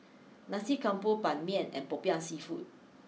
Nasi Campur Ban Mian and Popiah Seafood